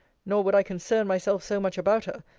nor would i concern myself so much about her,